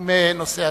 מנושא התקשורת,